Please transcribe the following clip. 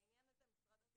בעניין הזה משרד החינוך,